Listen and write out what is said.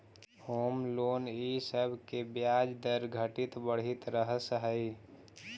home loan इ सब के ब्याज दर घटित बढ़ित रहऽ हई